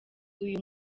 uyu